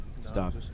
Stop